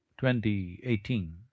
2018